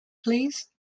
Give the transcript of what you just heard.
please